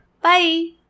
Bye